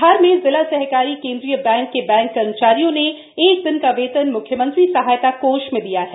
धार में जिला सहकारी केंद्रीय बैंक के बैंक कर्मचारियों ने एक दिन का वेतन मुख्यमंत्री सहायता कोष में दिया है